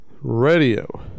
Radio